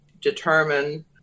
determine